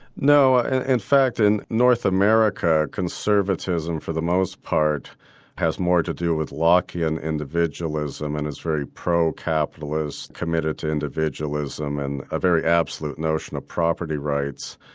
no, and in fact in north america, conservatism for the most part has more to do with lockean and individualism and is very pro-capitalist, committed to individualism and a very absolute notion of property rights.